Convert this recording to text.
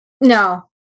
no